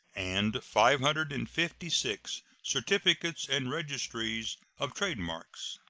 and five hundred and fifty six certificates and registries of trade-marks.